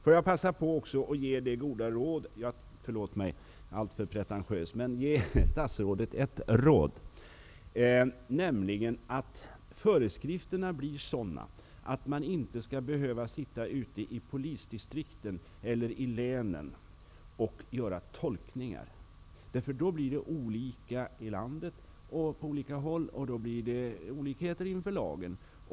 Får jag passa på att ge statsrådet ett gott råd? Förlåt att jag är alltför pretentiös. Gör föreskrifterna sådana att man inte skall behöva sitta ute i polisdistrikten eller i länen och göra tolkningar. Då blir tolkningarna olika på olika håll i landet, och då uppstår olikheter inför lagen.